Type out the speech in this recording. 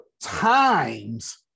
times